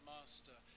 Master